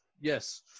Yes